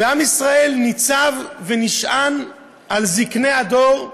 ועם ישראל ניצב ונשען על זקני הדור,